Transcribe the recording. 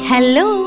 Hello